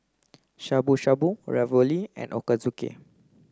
Shabu Shabu Ravioli and Ochazuke